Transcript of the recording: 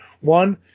One